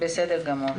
בסדר גמור,